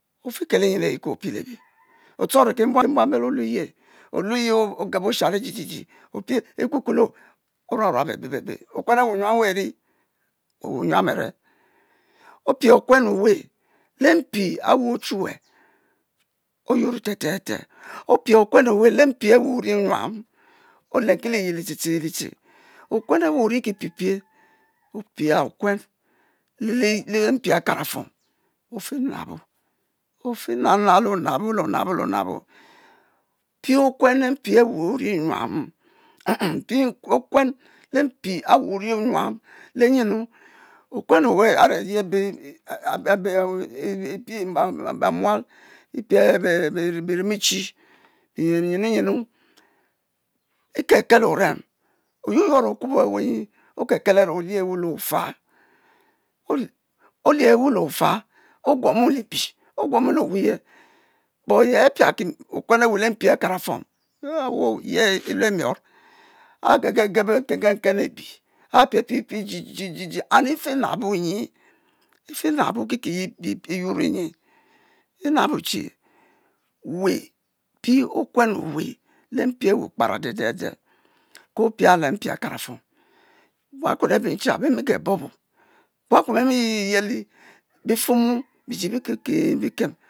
Ofi kelo nyen ayi ke opie lebi otuoro kibuan bel olie ye, oshao ogel osharro jijiji opie ekukulo oruab bebe bebe okuen awu nyuam we'eri? okuen awu nyuam are opie okue owe le mpi awu ochuwue o'yuoro te te te opie okuen owe lempi awu ori nyuam olenki liyel lile tete lite, okuen ewu orikpie pie, opienokuen le mpi akrafuom ofii nabo, ofi nabnab le onabo le anabo. pe okue le mpi awu nyuam pie okuen lem mpi awu ori nyuam le nyenu okuen owe are ye abe abe eee epie benwual epie eee berem chinn nyinu nyinu ikekel orem oyuo yuor okubo awue nyi okekel are olie ewu le ofe olie wu le ofa ogouomo li-bi oguomu le wuye but ye apiaki okuen awu akarafuom awuoo ye ilue mior agege gel aken ken lebi apie pie pie ji ji ji ji ji and efe nubo nyi fiuabo ki ki eyuom nyi enabo che we opie okuen owe le-mpi awu kperadedede ke opia lempi akarafuom bua kue abeh ncha beh mige bobo buakuen bemi yi yi yi yeh le-bifuwu biji bikem kem bikem